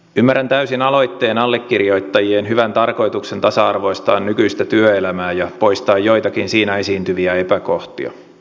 ymmärrän täysin aloitteen allekirjoittajien hyvän tarkoituksen tasa arvoistaa nykyistä työelämää ja poistaa joitakin siinä esiintyviä epäkohtia